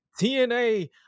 TNA